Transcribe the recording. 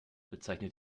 bezeichnet